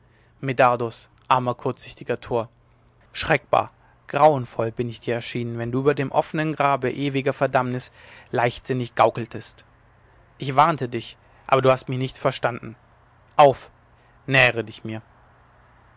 medardus armer kurzsichtiger tor schreckbar grauenvoll bin ich dir erschienen wenn du über dem offenen grabe ewiger verdammnis leichtsinnig gaukeltest ich warnte dich aber du hast mich nicht verstanden auf nähere dich mir